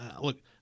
look –